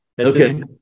Okay